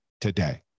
today